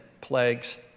plagues